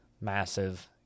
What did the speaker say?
massive